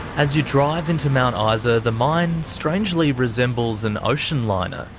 as you drive in to mount ah isa, the mine strangely resembles an ocean-liner,